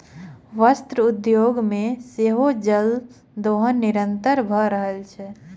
वस्त्र उद्योग मे सेहो जल दोहन निरंतन भ रहल अछि